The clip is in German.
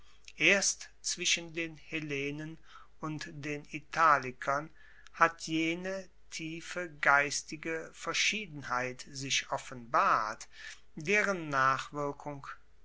erst zwischen den hellenen und den italikern hat jene tiefe geistige verschiedenheit sich offenbart deren nachwirkung